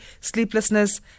sleeplessness